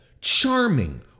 charming